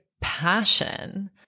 passion